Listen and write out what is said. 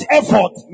effort